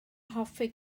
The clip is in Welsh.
hoffi